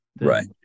Right